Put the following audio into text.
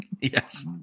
Yes